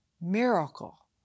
miracle